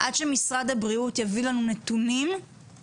עד שמשרד הבריאות יביא לנו נתונים על